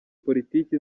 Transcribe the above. politiki